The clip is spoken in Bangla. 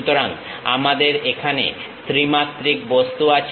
সুতরাং আমাদের এখানে ত্রিমাত্রিক বস্তু আছে